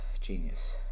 genius